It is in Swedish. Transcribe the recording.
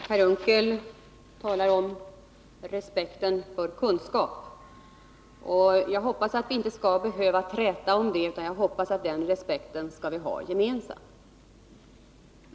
Fru talman! Per Unckel talar om respekten för kunskap. Jag hoppas att vi inte skall behöva träta om det utan jag hoppas att vi skall ha den respekten gemensamt.